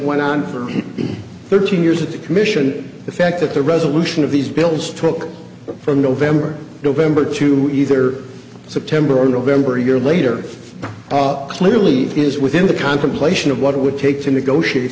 went on for the thirteen years of the commission the fact that the resolution of these bills took from november november to either september or november a year later clearly is within the contemplation of what it would take to negotiate